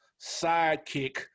sidekick